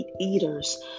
eaters